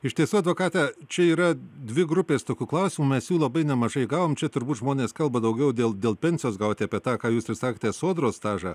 iš tiesų advokate čia yra dvi grupės tokių klausimų mes jų labai nemažai gavom čia turbūt žmonės kalba daugiau dėl dėl pensijos gauti apie tą ką jūs ir sakote sodros stažą